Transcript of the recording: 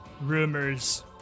rumors